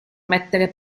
mettere